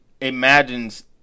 imagines